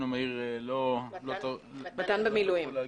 המהיר לא יכלו להגיע -- מתן במילואים.